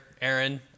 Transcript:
Aaron